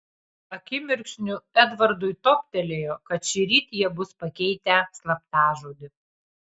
akimirksniu edvardui toptelėjo kad šįryt jie bus pakeitę slaptažodį